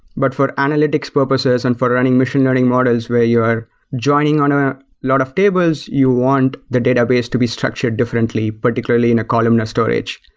but for analytics purposes and for running machine learning models where you are joining on a lot of tables, you want the database to be structured differently, particularly in a columnar storage.